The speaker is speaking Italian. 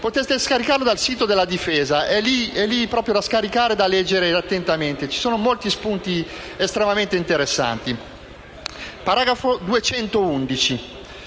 paragrafo 211